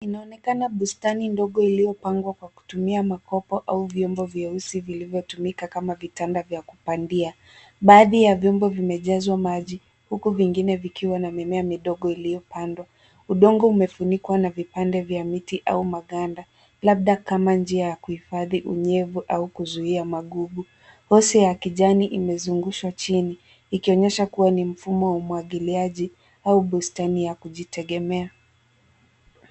Inaonekana bustani ndogo iliyopangwa kwa kutumia makopo au vyombo vyeusi vilivyotumika kama vitanda vya kupandia. Baadhi ya vyombo, vimejazwa maji, huku vingine vikiwa na mimea midigo iliyopandwa. Udongo umefunikwa na vipande vya miti magando. Labda kama njia ya kuhifadhi unyevu au kuzuia magubu. Hose ya kijani imepitishwa chini ikionyesha kuwa ni mfumo wa umwagiliaji au bustani ya kujitegemea.